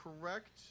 correct